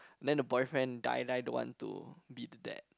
then the boyfriend die die don't want to be the dad